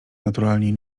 naturalnie